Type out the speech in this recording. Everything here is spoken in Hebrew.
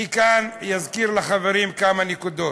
אני אזכיר כאן לחברים כמה נקודות: